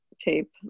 tape